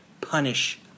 punish